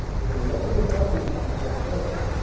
when a number of army chiefs are present,